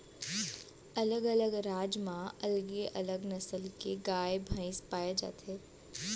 अलग अलग राज म अलगे अलग नसल के गाय भईंस पाए जाथे